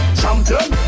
champion